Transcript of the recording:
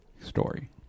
story